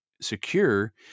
secure